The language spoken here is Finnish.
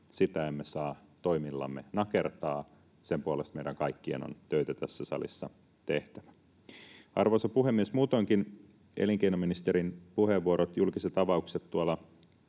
Sitä emme saa toimillamme nakertaa. Sen puolesta meidän kaikkien on töitä tässä salissa tehtävä. Arvoisa puhemies! Muutoinkin elinkeinoministerin puheenvuorot, julkiset avaukset tuolla